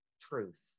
truth